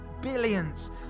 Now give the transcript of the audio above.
billions